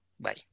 Bye